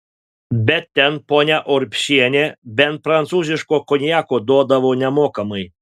bet ten ponia urbšienė bent prancūziško konjako duodavo nemokamai